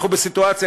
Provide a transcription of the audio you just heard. אנחנו בסיטואציה,